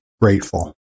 grateful